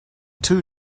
two